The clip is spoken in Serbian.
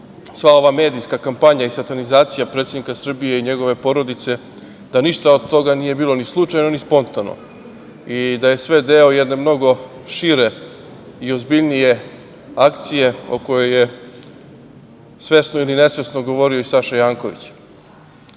sva ova medijska kampanja i satanizacija predsednika Srbije i njegove porodice, da ništa od toga nije bilo ni slučajno ni spontano i da je sve deo jedne mnogo šire i ozbiljnije akcije o kojoj je svesno ili nesvesno govorio i Saša Janković. Ono